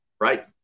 Right